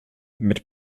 mit